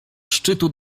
szczytu